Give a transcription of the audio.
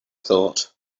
thought